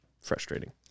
Frustrating